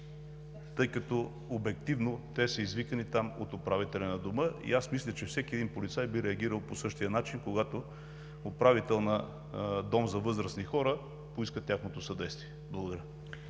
тъй като обективно те са извикани там от управителя на дома. Мисля, че всеки един полицай би реагирал по същия начин, когато управител на дом за възрастни хора поиска тяхното съдействие. Благодаря.